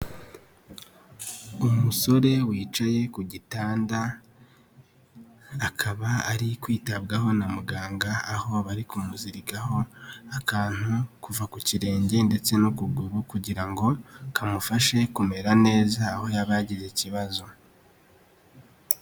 Umusore wicaye ku gitanda akaba ari kwitabwaho na muganga aho bari kumuzirikaho akantu kuva ku kirenge ndetse n'ukuguru kugira ngo kamufashe kumera neza aho yaba yagize ikibazo.